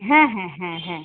হ্যাঁ হ্যাঁ হ্যাঁ হ্যাঁ